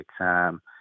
exam